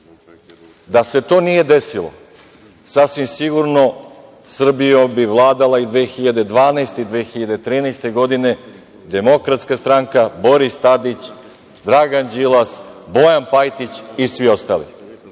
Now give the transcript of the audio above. da se to nije desilo, sasvim sigurno Srbijom bi vladala i 2012. i 2013. godine DS, Boris Tadić, Dragan Đilas, Bojan Pajtić i svi ostali. Sada,